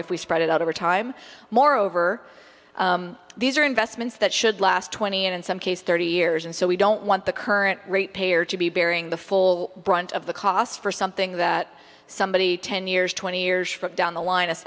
if we spread it out over time more over these are investments that should last twenty and in some case thirty years and so we don't want the current rate payer to be bearing the full brunt of the cost for something that somebody ten years twenty years from down the line of